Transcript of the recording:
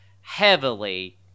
heavily